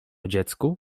dziecku